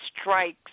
strikes